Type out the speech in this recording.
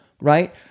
right